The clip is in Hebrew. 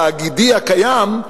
התאגידי הקיים,